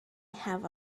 have